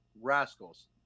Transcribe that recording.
rascals